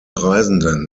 reisenden